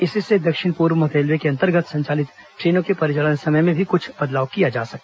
इससे दक्षिण पूर्व मध्य रेलवे के अंतर्गत संचालित ट्रेनों के परिचालन समय में भी कुछ बदलाव किया जाएगा